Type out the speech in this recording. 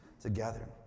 together